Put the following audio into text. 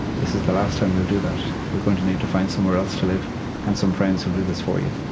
this is the last time you'll do that. you're going to need to find somewhere else to live and some friends who'll do this for you,